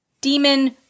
Demon